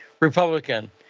Republican